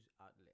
outlet